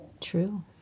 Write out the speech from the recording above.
True